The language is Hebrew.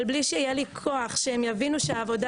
אבל בלי שיהיה לי כוח שהם יבינו שהעבודה